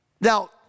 Now